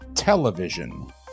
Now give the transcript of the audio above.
Television